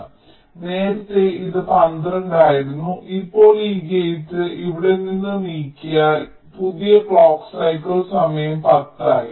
അതിനാൽ നേരത്തെ ഇത് 12 ആയിരുന്നു ഇപ്പോൾ ഈ ഗേറ്റ് ഇവിടെ നിന്ന് നീക്കിയാൽ ഇപ്പോൾ പുതിയ ക്ലോക്ക് സൈക്കിൾ സമയം 10 ആയി